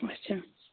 اَچھا